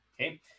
okay